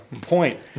point